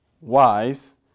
wise